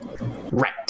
Right